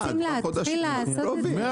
אנחנו רוצים להתחיל לעשות את זה --- 100